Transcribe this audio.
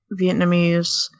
Vietnamese